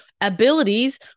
abilities